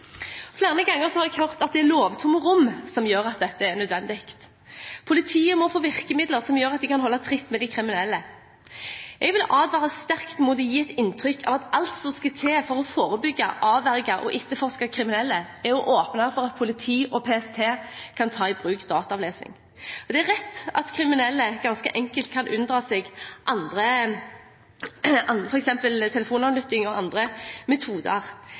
Flere ganger har jeg hørt at det er lovtomme rom som gjør at dette er nødvendig. Politiet må få virkemidler som gjør at de kan holde tritt med de kriminelle. Jeg vil advare sterkt mot å gi et inntrykk av at alt som skal til for å forebygge, avverge og etterforske kriminelle, er å åpne for at politi og PST kan ta i bruk dataavlesning. Det er rett at kriminelle ganske enkelt kan unndra seg f.eks. telefonavlytting og andre metoder,